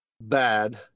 bad